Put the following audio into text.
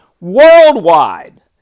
worldwide